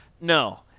No